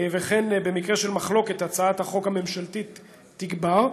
וכן במקרה של מחלוקת הצעת החוק הממשלתית תגבר,